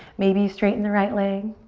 maybe you straighten the right leg.